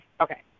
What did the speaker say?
okay